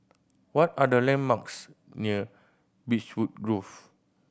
what are the landmarks near Beechwood Grove